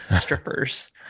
strippers